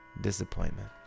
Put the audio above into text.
disappointment